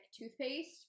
toothpaste